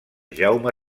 jaume